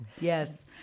Yes